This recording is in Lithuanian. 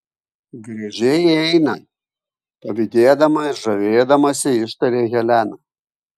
gražiai eina pavydėdama ir žavėdamasi ištarė helena